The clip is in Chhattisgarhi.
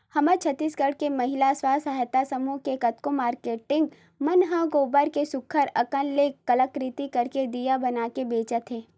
हमर छत्तीसगढ़ के महिला स्व सहयता समूह के कतको मारकेटिंग मन ह गोबर के सुग्घर अंकन ले कलाकृति करके दिया बनाके बेंचत हे